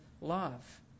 love